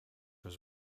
was